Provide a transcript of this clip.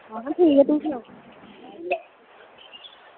महा ठीक ऐ तुस सनाओ